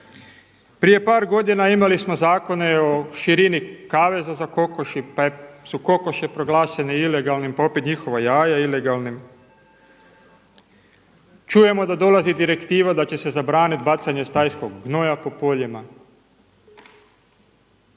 Prije par godina imali smo zakone o širini kaveza za kokoši pa su kokoši proglašene ilegalnim, pa opet njihova jaja ilegalnim. Čujemo da dolazi direktiva da će se zabraniti bacanje stajskog gnoja po poljima.